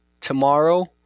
tomorrow